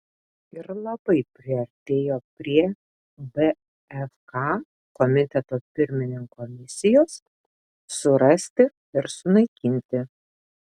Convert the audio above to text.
ir labai priartėjo prie bfk komiteto pirmininko misijos surasti ir sunaikinti